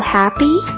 happy